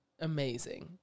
amazing